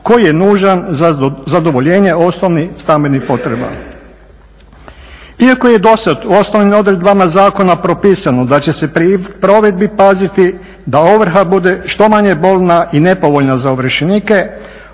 koji je nužan za zadovoljenje osnovnih stambenih potreba. Iako je do sad u osnovnim odredbama zakona propisano da će se pri provedbi paziti da ovrha bude što manje bolna i nepovoljna za ovršenike